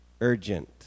urgent